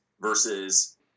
versus